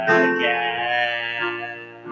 again